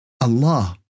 Allah